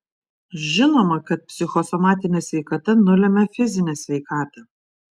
žinoma kad psichosomatinė sveikata nulemia fizinę sveikatą